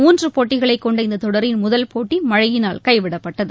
மூன்று போட்டிகளை கொண்ட இந்த தொடரின் முதல் போட்டி மழையினால் கைவிடப்பட்டது